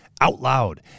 OUTLOUD